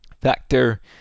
factor